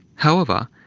however,